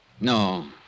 No